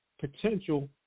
potential